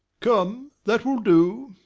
come, that will do!